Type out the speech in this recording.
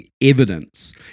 evidence